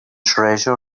treasure